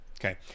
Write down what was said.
Okay